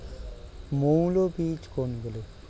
মৌল বীজ কোনগুলি?